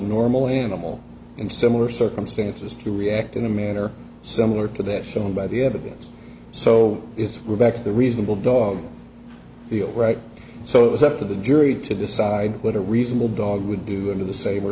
normal animal in similar circumstances to react in a manner similar to that shown by the evidence so it's we're back to the reasonable dog field right so it was up to the jury to decide what a reasonable dog would do under the same or